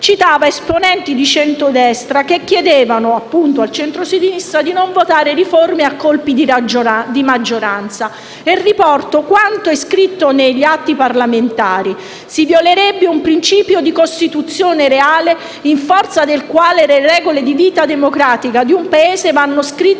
centrosinistra, citava esponenti di centrodestra che chiedevano al centrosinistra di non votare riforme a colpi di maggioranza. Riporto quanto è scritto sugli atti parlamentari: «Si violerebbe un principio di Costituzione reale in forza del quale le regole di vita democratica di un Paese vanno scritte